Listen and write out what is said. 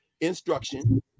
instruction